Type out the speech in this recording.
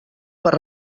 per